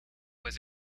was